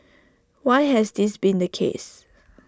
why has this been the case